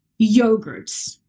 yogurts